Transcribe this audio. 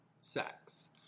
sex